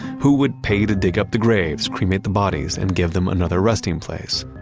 who would pay to dig up the graves, cremate the bodies and give them another resting place?